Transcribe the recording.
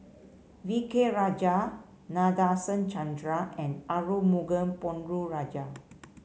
V K Rajah Nadasen Chandra and Arumugam Ponnu Rajah